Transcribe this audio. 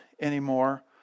anymore